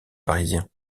parisien